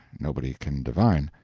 nobody can divine.